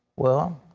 well,